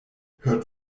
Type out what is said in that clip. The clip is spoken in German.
hört